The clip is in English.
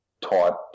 taught